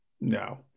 No